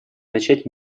начать